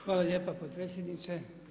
Hvala lijepa potpredsjedniče.